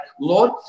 Lord